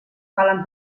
calen